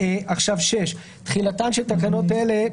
תחילה תחילתן של תקנות אלה.